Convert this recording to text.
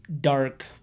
dark